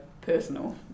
personal